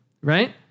right